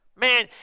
Man